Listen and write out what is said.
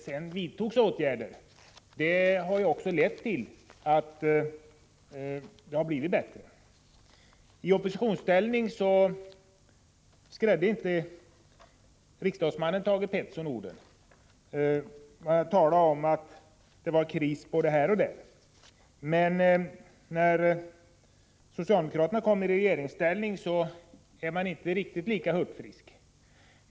Sedan vidtogs åtgärder, och de har ju också lett till att det har blivit bättre. I oppositionsställning skrädde inte riksdagsmannen Thage Peterson orden. Han talade om att det var kris både här och där. Men när socialdemokraterna kom i regeringsställning var man inte riktigt lika hurtfrisk.